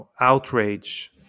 outrage